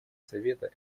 совета